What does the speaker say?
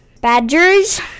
badgers